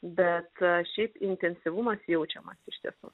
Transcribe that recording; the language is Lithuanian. bet šiaip intensyvumas jaučiamas iš tiesų